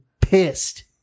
pissed